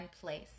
place